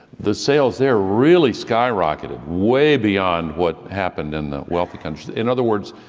the sales there really skyrocketed way beyond what happened in the wealthy countries. in other words,